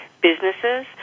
businesses